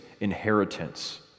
inheritance